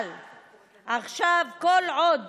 אבל עכשיו, כל עוד